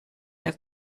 der